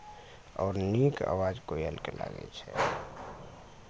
आओर नीक आवाज कोयलके लागै छै